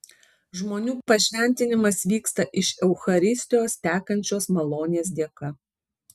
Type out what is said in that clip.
žmonių pašventinimas vyksta iš eucharistijos tekančios malonės dėka